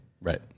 right